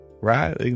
right